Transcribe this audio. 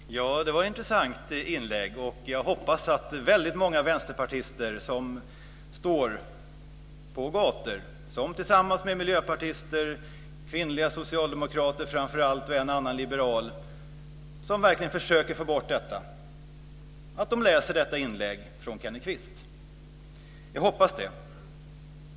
Fru talman! Det var ett intressant inlägg. Jag hoppas att väldigt många vänsterpartister som tillsammans med miljöpartister, kvinnliga socialdemokrater, framför allt, och en och annan liberal står på gator och torg och verkligen försöker att få bort allt detta läser detta inlägg från Kenneth Kvist.